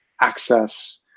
access